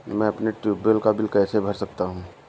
मैं अपने ट्यूबवेल का बिल कैसे भर सकता हूँ?